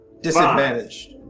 Disadvantaged